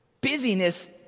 Busyness